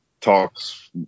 talks